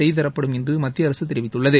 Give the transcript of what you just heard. செய்துதரப்படும் என்று மத்திய அரசு தெரிவித்துள்ளது